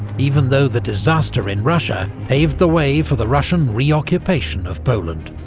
even though the disaster in russia paved the way for the russian re-occupation of poland.